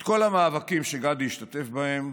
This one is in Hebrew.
כל המאבקים שגדי השתתף בהם,